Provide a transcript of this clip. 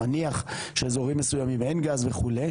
מניח שאזורים מסוימים אין גז וכו'.